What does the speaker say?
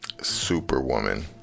superwoman